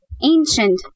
Ancient